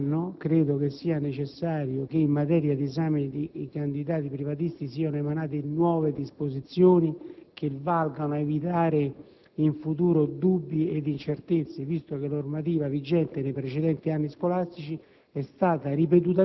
deprecabili, credo sia necessario che in materia di esame dei candidati privatisti siano emanate nuove disposizioni, onde evitare in futuro dubbi e incertezze, dal momento che la normativa vigente, nei precedenti anni scolastici,